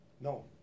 No